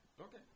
Okay